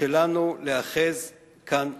שלנו להיאחז כאן בארץ.